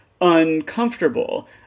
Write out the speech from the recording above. uncomfortable